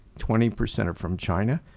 twenty percent are from china.